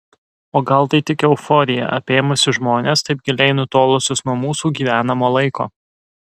o gal tai tik euforija apėmusi žmones taip giliai nutolusius nuo mūsų gyvenamo laiko